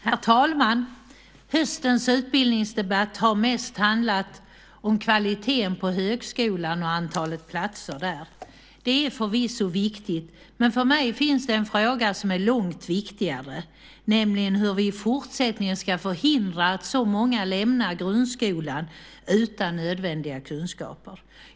Herr talman! Höstens utbildningsdebatt har mest handlat om kvaliteten på högskolan och antalet platser där. Det är förvisso viktigt, men för mig finns det en fråga som är långt viktigare, nämligen hur vi i fortsättningen ska förhindra att så många lämnar grundskolan utan nödvändiga kunskaper.